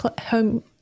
home